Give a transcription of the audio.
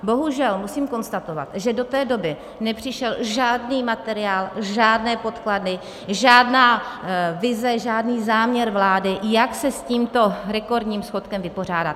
Bohužel, musím konstatovat, že do té doby nepřišel žádný materiál, žádné podklady, žádná vize, žádný záměr vlády, jak se s tímto rekordním schodkem vypořádat.